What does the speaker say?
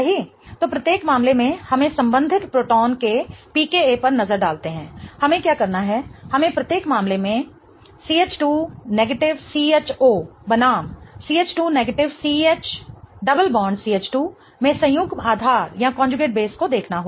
तो प्रत्येक मामले में हमें संबंधित प्रोटॉन के pKa पर नजर डालते हैं हमें क्या करना है हमें प्रत्येक मामले CH2 HCO बनाम CH2 HCCH2 में संयुग्म आधार को देखना होगा